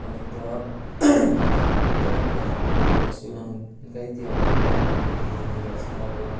अन्त गाईतिहारको पछि गाईतिहारकै रातिनिर चाहिँ अब